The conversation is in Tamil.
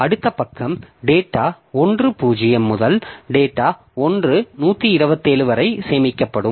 அடுத்த பக்கம் டேட்டா 1 0 முதல் டேட்டா 1 127 வரை சேமிக்கப்படும்